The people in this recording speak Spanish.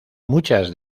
muchas